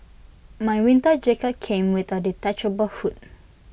my winter jacket came with A detachable hood